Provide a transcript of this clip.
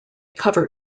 cover